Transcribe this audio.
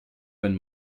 wenn